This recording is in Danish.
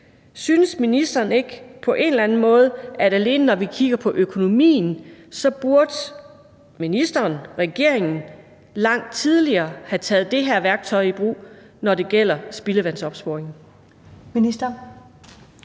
Synes ministeren ikke på en eller anden måde, at ministeren og regeringen, alene når vi kigger på økonomien, langt tidligere burde have taget det her værktøj i brug, når det gælder spildevandsopsporing?